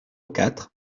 quatre